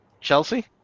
Chelsea